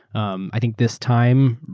um i think this time,